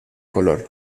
color